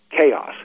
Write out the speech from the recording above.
Chaos